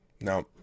Now